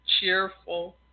cheerful